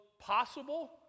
possible